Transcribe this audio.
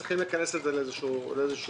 צריך לכנס פה ישיבה.